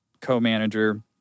co-manager